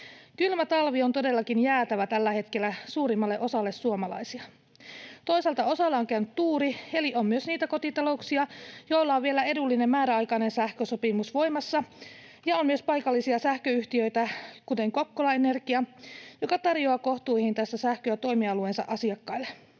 Kylmä talvi on todellakin jäätävä tällä hetkellä suurimmalle osalle suomalaisista. Toisaalta osalla on käynyt tuuri, eli on myös niitä kotitalouksia, joilla on vielä edullinen määräaikainen sähkösopimus voimassa, ja on myös paikallisia sähköyhtiöitä, kuten Kokkolan Energia, jotka tarjoavat kohtuuhintaista sähköä toimialueensa asiakkaille.